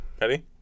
ready